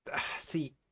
See